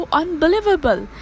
unbelievable।